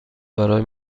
برای